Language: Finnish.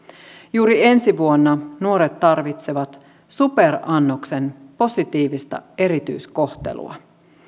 juuri ensi vuonna nuoret tarvitsevat superannoksen positiivista erityiskohtelua